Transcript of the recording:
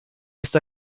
ist